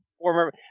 former